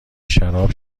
شراب